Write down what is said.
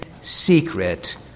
secret